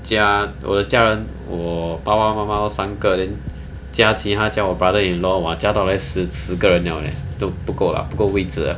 加我的家人我爸爸妈妈就三个 then 嘉琪加我 brother-in-law !wah! 加到来十个人了 leh 都不够大不够位置 ah